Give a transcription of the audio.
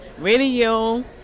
Radio